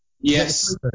Yes